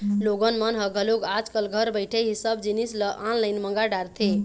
लोगन मन ह घलोक आज कल घर बइठे ही सब जिनिस ल ऑनलाईन मंगा डरथे